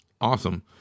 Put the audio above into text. awesome